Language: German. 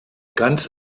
ganz